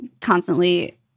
constantly